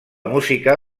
música